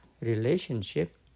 relationship